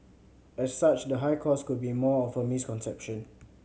as such the high cost could be more of a misconception